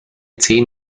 zehn